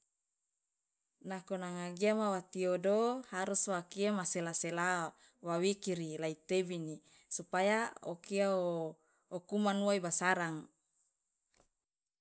Nako nanga giama wa tiodo harus wakia ma sela sela wa wikiri lai tebini supaya okia okuman uwa ibasarang.